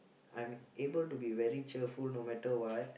I'm able to be very cheerful no matter what